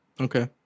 Okay